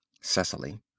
Cecily